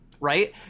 right